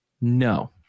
no